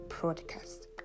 broadcast